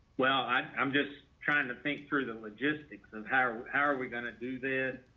well, i'm just trying to think through the logistics of how are we going to do this?